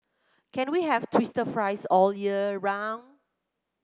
can we have twister fries all year round